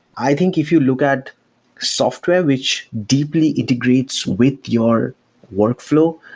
i think if you look at software which deeply integrates with your workflow,